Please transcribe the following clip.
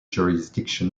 jurisdiction